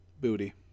Booty